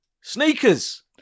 sneakers